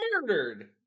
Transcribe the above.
murdered